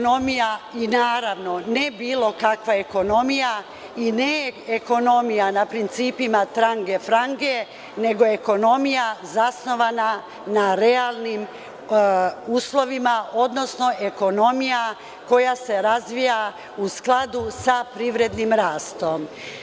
Naravno, ne bilo kakva ekonomija i ne ekonomija na principima trange-frange, nego ekonomija zasnovana na realnim uslovima, odnosno ekonomija koja se razvija u skladu sa privrednim rastom.